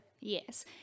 Yes